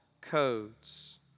codes